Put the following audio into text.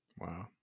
wow